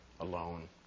alone